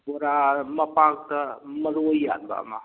ꯕꯣꯔꯥ ꯃꯄꯥꯛꯇ ꯃꯔꯣꯏ ꯌꯥꯟꯕ ꯑꯃ